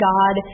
God